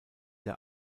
der